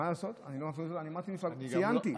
מה לעשות, אמרתי מפלגות, ציינתי.